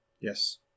Yes